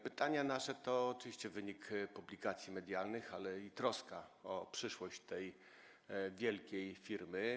Pytania nasze to oczywiście wynik publikacji medialnych, ale i troska o przyszłość tej wielkiej firmy.